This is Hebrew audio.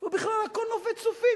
ובכלל הכול נופת צופים.